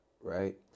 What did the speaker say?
right